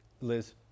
Liz